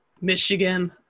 Michigan